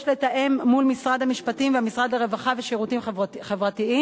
יש לתאם מול משרד המשפטים ומשרד הרווחה והשירותים החברתיים.